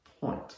point